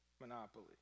Monopoly